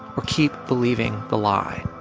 or keep believing the lie?